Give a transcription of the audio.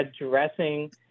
addressing